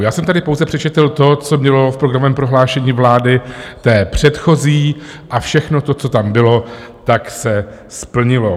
Já jsem tady pouze přečetl to, co bylo v programovém prohlášení vlády, té předchozí, a všechno to, co tam bylo, tak se splnilo.